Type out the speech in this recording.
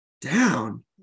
down